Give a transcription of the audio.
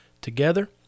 together